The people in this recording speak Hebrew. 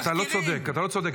אתה לא צודק.